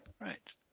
right